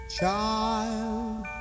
Child